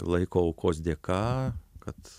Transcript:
laiko aukos dėka kad